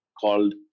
called